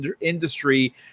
industry